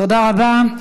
תודה רבה.